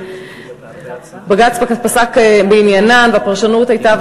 בג"ץ פסק בעניינן והפרשנות הייתה,